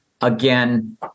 again